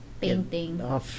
painting